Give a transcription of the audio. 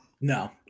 No